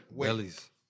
Bellies